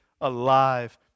alive